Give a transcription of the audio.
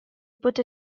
put